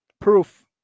proof